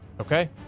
Okay